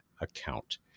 account